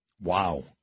Wow